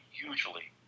hugely